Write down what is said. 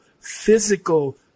physical